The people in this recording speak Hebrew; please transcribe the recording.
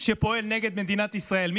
שפועל נגד מדינת ישראל,